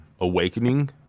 awakening